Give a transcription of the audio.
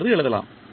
என்று எழுதலாம்